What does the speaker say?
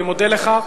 אני מודה לך,